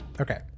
Okay